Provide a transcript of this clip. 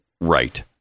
Right